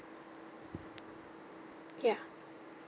ya